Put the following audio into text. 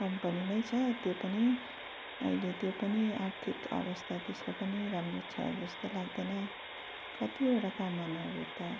company नै छ त्यो पनि अहिले त्यो पनि आर्थिक अवस्था त्यसको पनि राम्रो छ जस्तो लाग्दैन कतिवटा कमानहरू त